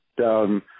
down